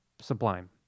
sublime